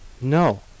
no